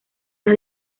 las